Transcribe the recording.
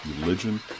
religion